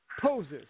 poses